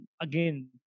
again